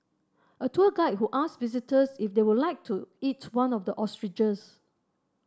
a tour guide who asked visitors if they would like to eat one of the ostriches